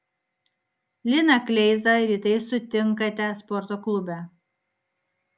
liną kleizą rytais sutinkate sporto klube